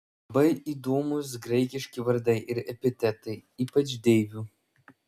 labai įdomūs graikiški vardai ir epitetai ypač deivių